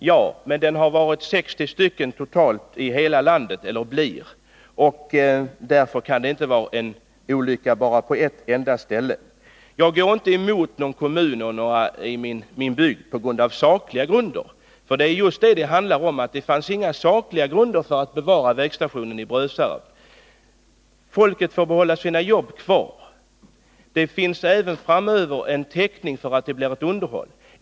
Ja, men den berör 60 stationer totalt i hela landet, och därför kan det inte vara en olycka bara på ett enda ställe. Jag går inte emot något som någon kommun i min hembygd anfört på sakliga grunder. Det är just detta det handlar om, att det inte finns sakliga grunder för att bevara vägstationen i Brösarp. Folket får behålla sina jobb. Det finns täckning för ett underhåll även framöver.